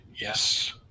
Yes